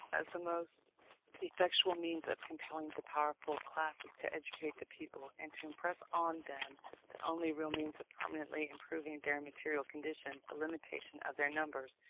as the most effectual means of compelling the powerful classes to educate the people, and to impress on them the only real means of permanently improving their material condition, a limitation of their numbers.